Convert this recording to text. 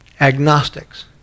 agnostics